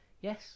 Yes